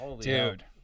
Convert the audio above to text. Dude